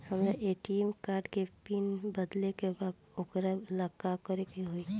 हमरा ATM card के pin बदले के बा वोकरा ला का करे के होई?